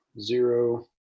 Zero